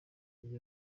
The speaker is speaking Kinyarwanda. uko